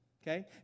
Okay